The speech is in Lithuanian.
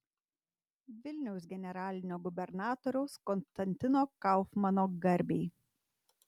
vilniaus generalinio gubernatoriaus konstantino kaufmano garbei